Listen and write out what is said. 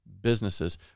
businesses